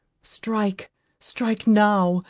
strike strike now,